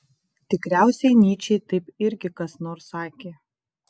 tikriausiai nyčei taip irgi kas nors sakė